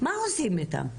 מה עושים איתם?